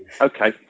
Okay